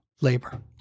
labor